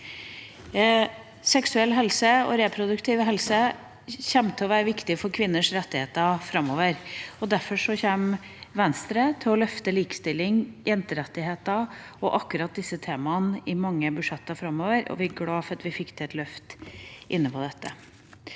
Seksuell helse og reproduktiv helse kommer til å være viktig for kvinners rettigheter framover. Derfor kommer Venstre til å løfte likestilling, jenterettigheter og akkurat disse temaene i mange budsjetter framover, og vi er glade for at vi fikk til et løft på dette.